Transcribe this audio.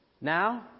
Now